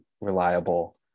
reliable